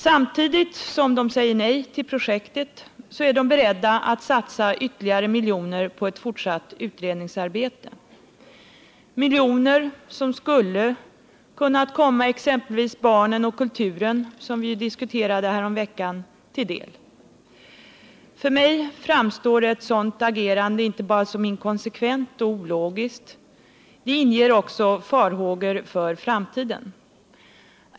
Samtidigt som de säger nej till projektet är de beredda att satsa ytterligare miljoner på ett fortsatt utredningsarbete — miljoner som skulle ha kunnat komma exempelvis barnen och kulturen, som vi ju diskuterade häromveckan, till del. För mig framstår ett sådant agerande inte bara som inkonsekvent och ologiskt — det inger också farhågor för framtiden.